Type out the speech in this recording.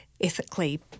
ethically